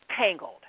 tangled